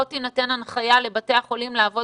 לא תינתן הנחייה לבתי החולים לעבוד